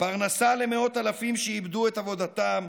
פרנסה למאות אלפים שאיבדו את עבודתם,